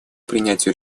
принятию